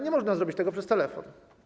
Nie można zrobić tego przez telefon.